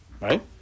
Right